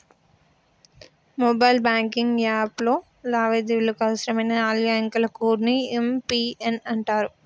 mobile banking యాప్లో లావాదేవీలకు అవసరమైన నాలుగు అంకెల కోడ్ ని యం.పి.ఎన్ అంటరు